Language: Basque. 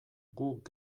guk